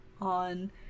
on